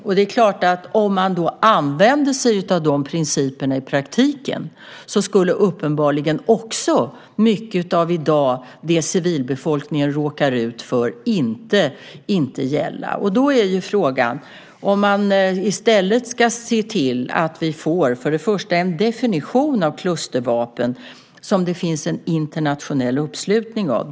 Om man också använde sig av de principerna i praktiken skulle uppenbarligen mycket av det civilbefolkningen i dag råkar ut för inte gälla. Då är en fråga om man i stället ska se till att vi får en definition av klustervapen som det finns en internationell uppslutning kring.